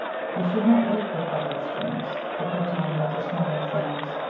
we shall not wake with ballad strings the good time of the smaller things,